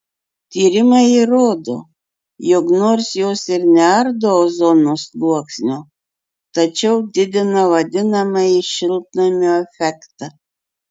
tyrimai įrodo jog nors jos ir neardo ozono sluoksnio tačiau didina vadinamąjį šiltnamio efektą